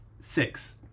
six